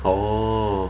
oh